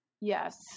yes